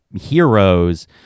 heroes